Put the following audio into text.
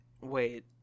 Wait